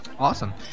Awesome